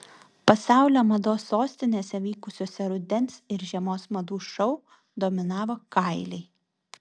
pasaulio mados sostinėse vykusiuose rudens ir žiemos madų šou dominavo kailiai